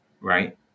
right